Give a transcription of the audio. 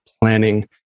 planning